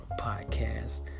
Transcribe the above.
podcast